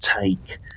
take